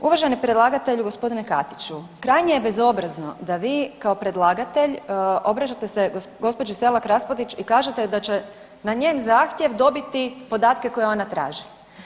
Uvaženi predlagatelju g. Katiću, krajnje je bezobrazno da vi kao predlagatelj obraćate se gospođi Selak Raspudić i kažete da će na njen zahtjev dobiti podatke koje ona traži.